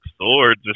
swords